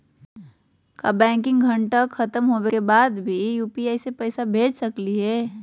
का बैंकिंग घंटा खत्म होवे के बाद भी यू.पी.आई से पैसा भेज सकली हे?